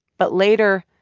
but later,